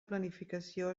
planificació